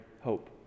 hope